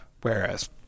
Whereas